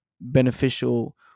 beneficial